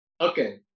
Okay